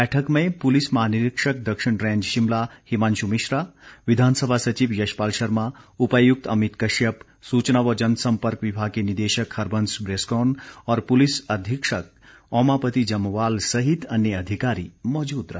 बैठक में पुलिस महानिरीक्षक दक्षिण रेंज शिमला हिमांशु मिश्रा विधानसभा सचिव यशपाल शर्मा उपायुक्त अमित कश्यप सूचना व जनसम्पर्क विभाग के निदेशक हरबंस ब्रेस्कॉन और पुलिस अधीक्षक ओमापति जम्वाल सहित अन्य अधिकारी मौजूद रहे